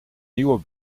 nieuwe